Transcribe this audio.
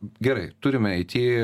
gerai turime it